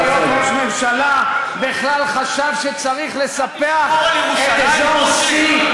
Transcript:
זה המייעד את עצמו להיות ראש ממשלה בכלל חשב שצריך לספח את אזור C,